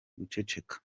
guceceka